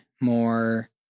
more